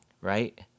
right